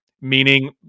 meaning